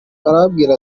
arababwira